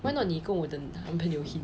why not 你跟我的男朋友 hint